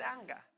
anger